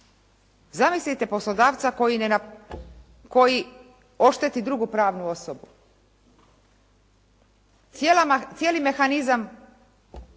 Zamislite poslodavca koji ošteti drugu pravnu osobu. Cijeli mehanizam